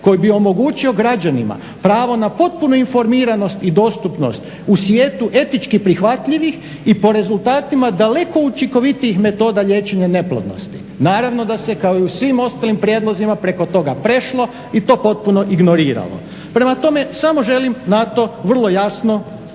koji bi omogućio građanima pravo na potpunu informiranost i dostupnost u svijetu etički prihvatljivih i po rezultatima daleko učinkovitijih metoda liječenja neplodnosti. Naravno da se kao i u svim ostalim prijedlozima preko toga prešlo i to potpuno ignoriralo. Prema tome, samo želim na to vrlo jasno